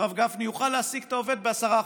הרב גפני, יוכל להעסיק את העובד ב-10%.